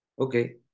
Okay